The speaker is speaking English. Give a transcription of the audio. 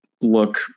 look